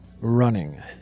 running